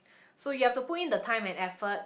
so you have to put in the time and effort